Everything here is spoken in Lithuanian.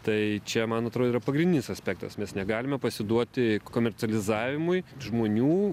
tai čia man atrodo yra pagrindinis aspektas mes negalime pasiduoti komercializavimui žmonių